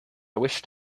wished